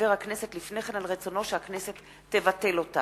הכנסת לפני כן על רצונו שהכנסת תבטל אותה.